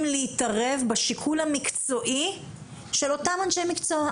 להתערב בשיקול המקצועי של אותם אנשי מקצוע.